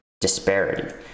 disparity